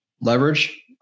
Leverage